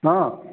ହଁ